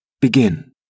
Begin